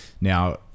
Now